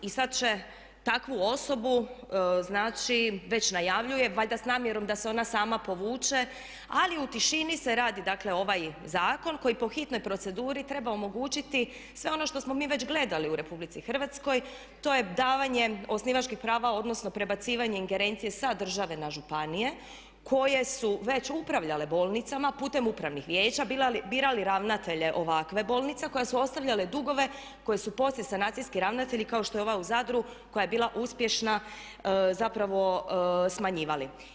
I sada će takvu osobu znači, već najavljuje, valjda znam jer onda se ona sama povuče, ali u tišini se radi dakle ovaj zakon koji po hitnoj proceduri treba omogućiti sve ono što smo mi već gledali u RH, to je davanje osnivačkih prava, odnosno prebacivanje ingerencije sa države na županije koje su već upravljale bolnicama putem upravnih vijeća, birali ravnatelje ovakvih bolnica koje su ostavljale dugove koje su poslije sanacijski ravnatelji kao što je ova u Zadru koja je bila uspješna zapravo smanjivali.